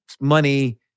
money